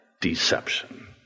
deception